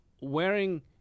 wearing